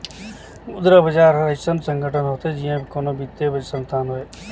मुद्रा बजार हर अइसन संगठन होथे जिहां कोनो बित्तीय संस्थान होए